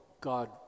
God